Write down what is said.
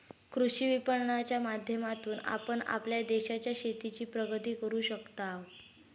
कृषी विपणनाच्या माध्यमातून आपण आपल्या देशाच्या शेतीची प्रगती करू शकताव